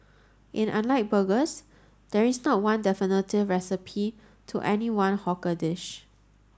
and unlike burgers there is not one definitive recipe to any one hawker dish